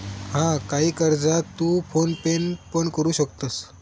हा, काही कर्जा तू फोन पेन पण भरू शकतंस